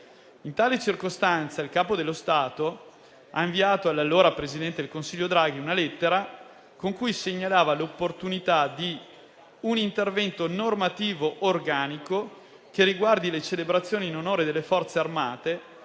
In tale circostanza, il Capo dello Stato ha inviato all'allora presidente del Consiglio Draghi una lettera con cui segnalava l'opportunità di «un intervento normativo organico che riguardi le celebrazioni in onore delle Forze armate,